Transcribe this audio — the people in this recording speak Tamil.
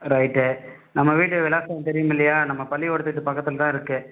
ரைட் நம்ம வீட்டு விலாசம் தெரியுமில்லையா நம்ம பள்ளிக்கூடத்துக்கு பக்கத்தில் தான் இருக்கு